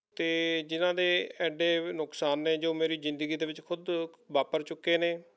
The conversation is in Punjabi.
ਅਤੇ ਜਿਹਨਾਂ ਦੇ ਇੰਨੇ ਨੁਕਸਾਨ ਨੇ ਜੋ ਮੇਰੀ ਜ਼ਿੰਦਗੀ ਦੇ ਵਿੱਚ ਖ਼ੁਦ ਵਾਪਰ ਚੁੱਕੇ ਨੇ